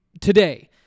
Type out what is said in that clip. Today